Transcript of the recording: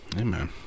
Amen